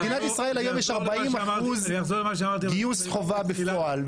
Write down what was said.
במדינת ישראל יש היום 40% גיוס חובה בפועל,